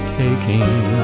taking